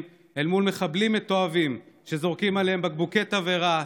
אל מול מחבלים מתועבים שזורקים עליהם בקבוקי תבערה,